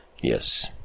yes